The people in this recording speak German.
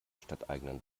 stadteigenen